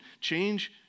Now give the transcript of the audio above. change